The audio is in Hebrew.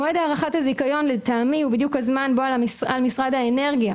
מועד הארכת הזיכיון לטעמי הוא בדיוק הזמן בו על משרד האנרגיה